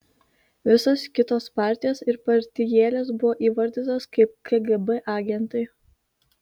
visos kitos partijos ir partijėlės buvo įvardytos kaip kgb agentai